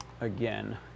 again